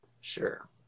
sure